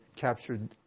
captured